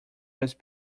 was